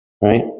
Right